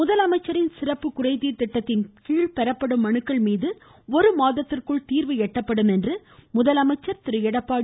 முதலமைச்சரின் சிறப்பு குறைதீர் திட்டத்தின்கீழ் பெறப்படும் மனுக்கள்மீது ஒரு மாதத்திற்குள் தீர்வு எட்டப்படும் என்று முதலமைச்சர் திரு எடப்பாடி